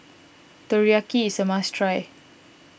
Teriyaki is a must try